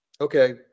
Okay